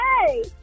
Hey